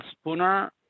Spooner